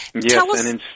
Yes